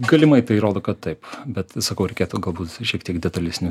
galimai tai rodo kad taip bet sakau reikėtų galbūt šiek tiek detalesnių